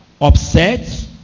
upset